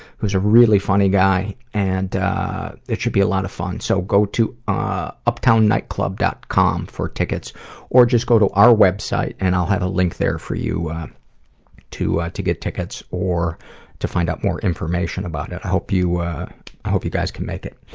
who's a really funny guy and it should be a lot of fun, so go to, ah, uptownnightclub. com for tickets or just go to our website, and i'll have a link there for you to to get tickets or to find out more information about it. i hope you, ah i hope you guys can make it.